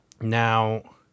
Now